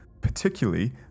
particularly